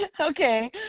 Okay